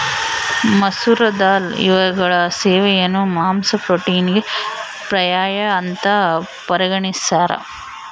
ಮಸೂರ ದಾಲ್ ಇವುಗಳ ಸೇವನೆಯು ಮಾಂಸ ಪ್ರೋಟೀನಿಗೆ ಪರ್ಯಾಯ ಅಂತ ಪರಿಗಣಿಸ್ಯಾರ